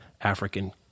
African